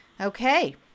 Okay